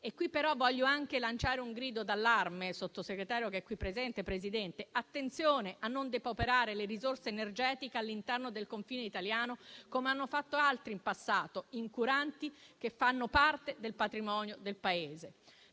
però, voglio anche lanciare un grido d'allarme, rivolgendomi al Sottosegretario qui presente, signor Presidente: attenzione a non depauperare le risorse energetiche all'interno del confine italiano, come hanno fatto altri in passato, incuranti del fatto che fanno parte del patrimonio del Paese.